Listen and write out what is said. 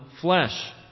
flesh